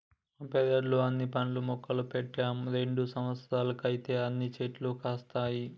మా పెరట్లో అన్ని పండ్ల మొక్కలు పెట్టాము రెండు సంవత్సరాలైతే అన్ని చెట్లు కాస్తాయి